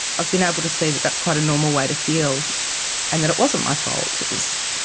i've been able to see that that's quite a normal way to feel and that it wasn't my fault, it was,